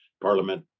parliament